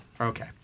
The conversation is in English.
Okay